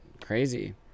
crazy